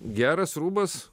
geras rūbas